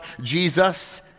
Jesus